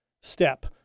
step